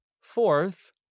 Fourth